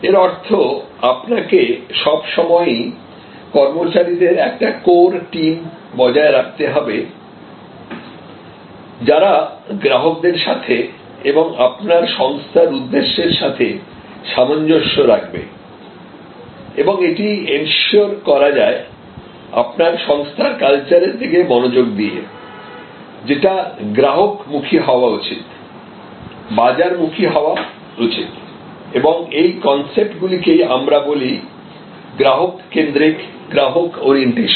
এর অর্থ আপনাকে সব সময়ই কর্মচারীদের একটি কোর টিম বজায় রাখতে হবে যারা গ্রাহকদের সাথে এবং আপনার সংস্থার উদ্দেশ্যের সাথে সামঞ্জস্য রাখবে এবং এটি এনসিওর করা যায় আপনার সংস্থার কালচারের দিকে মনোযোগ দিয়ে যেটা গ্রাহকমুখী হওয়া উচিত বাজারমুখী হওয়া উচিত এবং এই কনসেপ্ট গুলিকেই আমরা বলি গ্রাহক কেন্দ্রিক গ্রাহক ওরিয়েন্টেশন